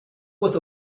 with